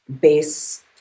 base